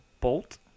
Bolt